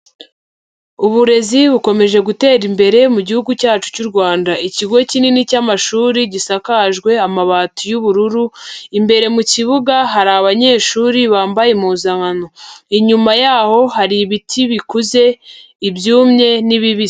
Uburezi bukomeje gutera imbere mu Gihugu cyacu cy'u Rwanda. Ikigo kinini cy'amashuri gisakajwe amabati y'ubururu, imbere mu kibuga hari abanyeshuri bambaye impuzankano. Inyuma yaho hari ibiti bikuze, ibyumye n'ibibisi.